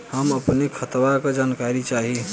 हम अपने खतवा क जानकारी चाही?